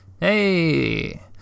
Hey